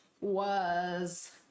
was-